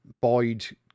Boyd